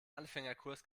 anfängerkurs